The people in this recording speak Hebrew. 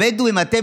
הבדואים: אתם,